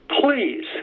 please